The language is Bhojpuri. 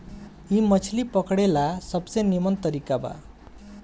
इ मछली पकड़े ला सबसे निमन तरीका बा